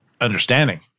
understanding